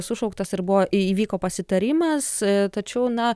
sušauktas ir buvo įvyko pasitarimas tačiau na